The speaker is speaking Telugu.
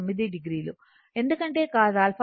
9 o ఎందుకంటే cos α 10 13